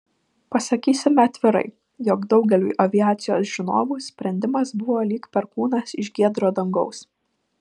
pasakysime atvirai jog daugeliui aviacijos žinovų sprendimas buvo lyg perkūnas iš giedro dangaus